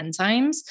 enzymes